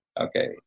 Okay